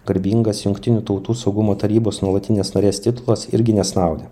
garbingas jungtinių tautų saugumo tarybos nuolatinės narės titulas irgi nesnaudė